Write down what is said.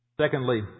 Secondly